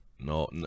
No